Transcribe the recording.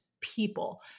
people